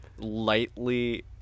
lightly